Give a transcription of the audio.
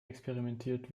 experimentiert